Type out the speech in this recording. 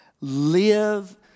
live